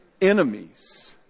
enemies